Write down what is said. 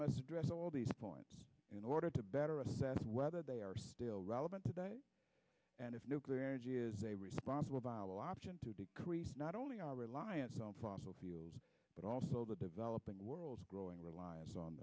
must address all these points in order to better assess whether they are still relevant today and if nuclear energy is a responsible viable option to decrease not only our reliance on fossil fuels but also the developing world growing